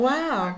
Wow